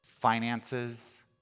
finances